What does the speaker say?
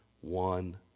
one